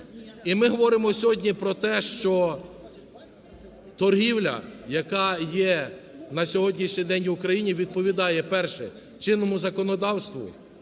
І ми говоримо сьогодні про те, що торгівля, яка є на сьогоднішній день в Україні, відповідає: перше – чинному законодавству,